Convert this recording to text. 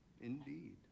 indeed